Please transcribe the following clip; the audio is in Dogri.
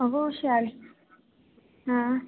अवा शैल आं